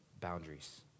boundaries